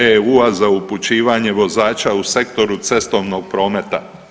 EU-a za upućivanje vozača u sektoru cestovnog prometa.